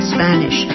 Spanish